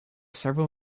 several